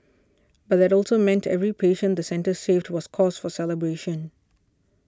but that also meant every patient the centre saved was cause for celebration